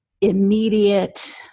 immediate